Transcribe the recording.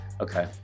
Okay